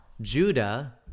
Judah